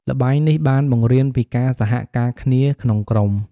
ល្បែងនេះបានបង្រៀនពីការសហការគ្នាក្នុងក្រុម។